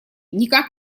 никак